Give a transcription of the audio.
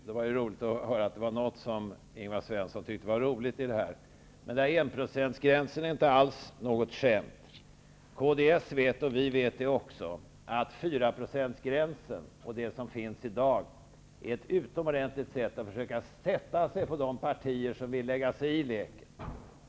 Det var ju trevligt att höra att Ingvar Svensson tyckte att något i detta var roligt. Men enprocentsgränsen är inte alls något skämt. Kds vet och vi vet att fyraprocentsgränsen och de bestämmelser som finns i dag ger en utomordentlig möjlighet att sätta sig på de partier som vill lägga sig i leken.